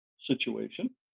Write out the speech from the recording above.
situation